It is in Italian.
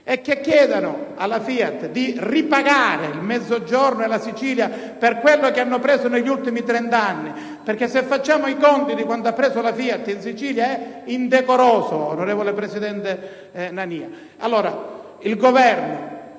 e che chiedano alla FIAT di ripagare il Mezzogiorno e la Sicilia per ciò che hanno preso negli ultimi trent'anni, perchè se facciamo i conti di quanto ha preso la FIAT in Sicilia, il risultato è indecoroso, signor Presidente. Allora, che il Governo